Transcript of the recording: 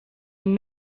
een